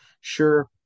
Sure